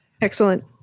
Excellent